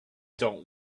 dont